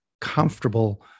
comfortable